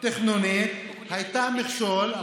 תכנונית הייתה מכשול,